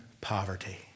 poverty